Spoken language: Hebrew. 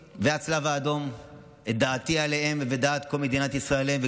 את דעתי ואת דעת כל מדינת ישראל על ארגון הבריאות העולמי והצלב האדום,